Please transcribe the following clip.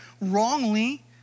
wrongly